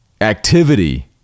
activity